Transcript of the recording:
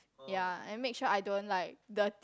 ya and make sure I don't like the